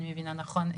אם אני מבינה נכון,